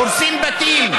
הורסים בתים.